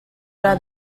rak